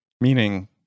Meaning